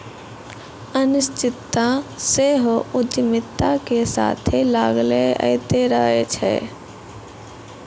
अनिश्चितता सेहो उद्यमिता के साथे लागले अयतें रहै छै